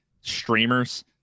streamers